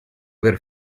aver